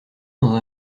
dans